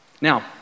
Now